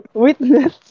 witness